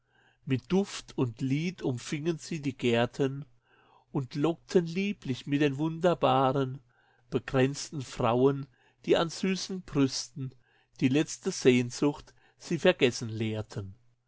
mit duft und lied umfingen sie die gärten und lockten lieblich mit den wunderbaren bekränzten frauen die an süßen brüsten die letzte sehnsucht sie vergessen lehrten